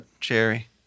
Cherry